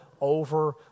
over